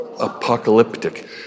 Apocalyptic